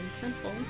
simple